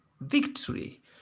victory